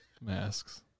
masks